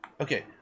Okay